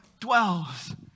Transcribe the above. dwells